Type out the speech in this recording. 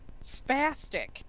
spastic